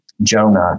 Jonah